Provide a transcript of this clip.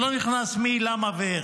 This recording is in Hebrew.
אני לא נכנס מי, למה ואיך,